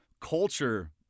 culture